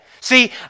See